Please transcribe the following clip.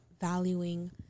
valuing